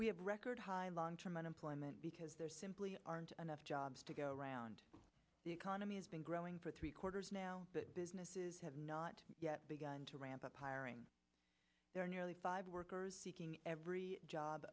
we have record high long term unemployment because there simply aren't enough jobs to go around the economy has been growing for three quarters now but businesses have not yet begun to ramp up hiring there are nearly five workers seeking every job